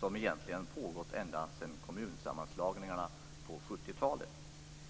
som egentligen pågått ända sedan kommunsammanslagningarna på 70-talet.